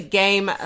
game